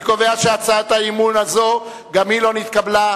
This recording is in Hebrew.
אני קובע שהצעת האי-אמון הזו, גם היא לא נתקבלה.